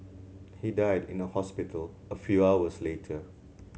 he died in a hospital a few hours later